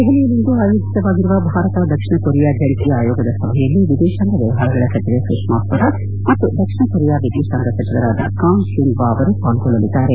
ದೆಹಲಿಯಲ್ಲಿಂದು ಆಯೋಜಿತವಾಗಿರುವ ಭಾರತ ದಕ್ಷಿಣ ಕೊರಿಯಾ ಜಂಟಿ ಆಯೋಗದ ಸಭೆಯಲ್ಲಿ ವಿದೇಶಾಂಗ ವ್ನವಹಾರಗಳ ಸಚಿವೆ ಸುಷ್ನಾ ಸ್ವರಾಜ್ ಮತ್ತು ದಕ್ಷಿಣ ಕೊರಿಯಾ ವಿದೇಶಾಂಗ ಸಚಿವರಾದ ಕಾಂಗ್ ಕ್ಕುಂಗ್ ವಾ ಅವರು ಪಾಲ್ಗೊಳ್ಳಲಿದ್ದಾರೆ